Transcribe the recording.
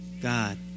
God